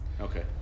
Okay